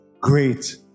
great